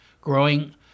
growing